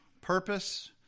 purpose